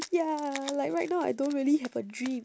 ya like right now I don't really have a dream